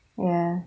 ya